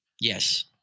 Yes